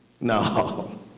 No